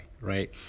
right